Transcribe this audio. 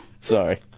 Sorry